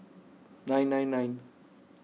nine nine nine